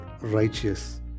righteous